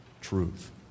truth